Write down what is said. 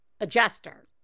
adjuster